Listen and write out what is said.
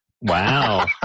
Wow